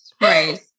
Right